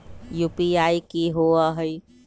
UPI कि होअ हई?